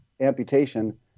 amputation